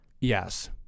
Yes